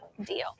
deal